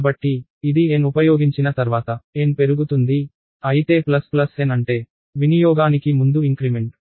కాబట్టి ఇది n ఉపయోగించిన తర్వాత n పెరుగుతుంది అయితే ప్లస్ ప్లస్ n అంటే వినియోగానికి ముందు ఇంక్రిమెంట్